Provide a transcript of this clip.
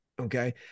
okay